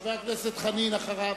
חבר הכנסת חנין אחריו.